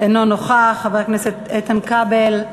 אינו נוכח, חבר הכנסת איתן כבל,